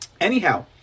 Anyhow